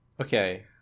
Okay